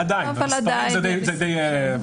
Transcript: משרד הרווחה והביטחון החברתי מיכל בן דוד רפ"ק,